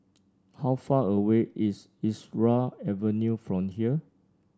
how far away is Irau Avenue from here